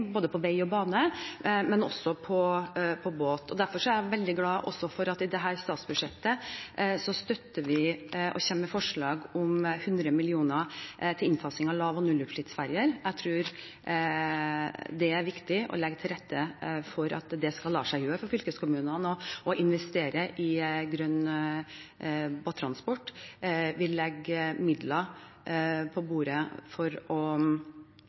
på både vei og bane, men også på båt. Jeg er veldig glad for at vi i dette statsbudsjettet støtter og kommer med forslag om 100 mill. kr til innfasing av lav- og nullutslippsferjer. Jeg tror det er viktig å legge til rette for at det skal la seg gjøre for fylkeskommunene å investere i grønn båttransport. Vi legger midler på bordet